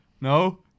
no